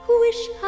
wish